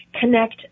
connect